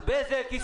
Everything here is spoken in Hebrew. אז בזק היא